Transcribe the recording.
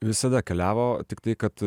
visada keliavo tiktai kad